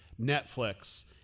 Netflix